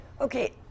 Okay